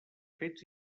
fets